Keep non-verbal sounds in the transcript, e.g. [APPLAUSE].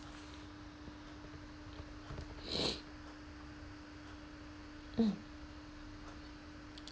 [NOISE] mm